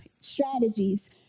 strategies